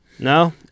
No